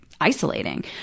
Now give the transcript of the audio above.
isolating